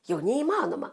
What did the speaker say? jau neįmanoma